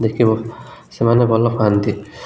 ଦେଖିବ ସେମାନେ ଭଲ ପାଆନ୍ତି